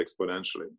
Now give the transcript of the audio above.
exponentially